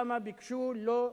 לא הבנתי למה ביקשו לא,